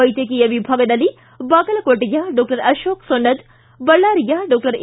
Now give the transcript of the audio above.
ವೈದ್ಯಕೀಯ ವಿಭಾಗದಲ್ಲಿ ಬಾಗಲಕೋಟೆಯ ಡಾಕ್ಷರ್ ಅಶೋಕ್ ಸೊನ್ನದ ಬಳ್ದಾರಿಯ ಡಾಕ್ಷರ್ ಎ